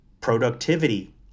productivity